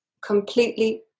completely